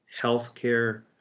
healthcare